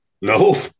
no